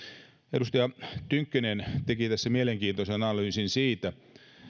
edustaja tynkkynen teki tässä mielenkiintoisen analyysin